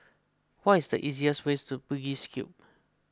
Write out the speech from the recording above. what is the easiest way to Bugis Cube